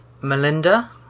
Melinda